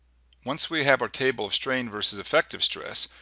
once we have our table of strain versus effective stress,